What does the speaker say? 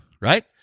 right